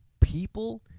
people